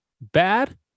bad